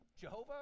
Jehovah